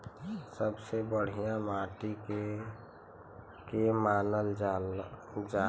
सबसे बढ़िया माटी के के मानल जा?